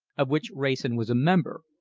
of which wrayson was a member,